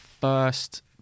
first